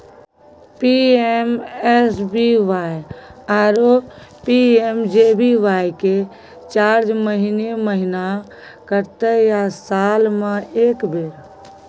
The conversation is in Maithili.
पी.एम.एस.बी.वाई आरो पी.एम.जे.बी.वाई के चार्ज महीने महीना कटते या साल म एक बेर?